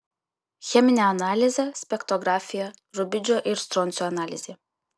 cheminė analizė spektrografija rubidžio ir stroncio analizė